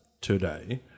today